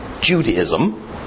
Judaism